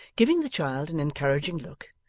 giving the child an encouraging look,